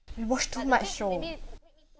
you watch too much show